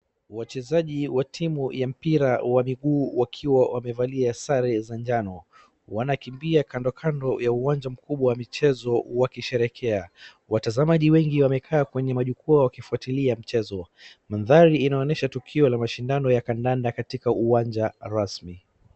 Wachezaji wa timu ya mpira wa miguu wakiwa wamevalia sare za njano, wanakimbia kandokando ya uwanja mkubwa wa michezo wakisherehekea. Watazamaji wengi wamekaa kwenya majukwa wakifuatilia mchezo. Mandhari inaonyesha tukio la mashindano ya kandanda katika uwanja rasmi.